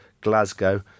Glasgow